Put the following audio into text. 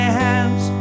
hands